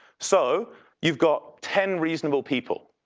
so you've got ten reasonable people,